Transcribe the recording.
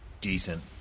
decent